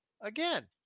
again